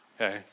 okay